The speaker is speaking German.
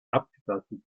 abgetastet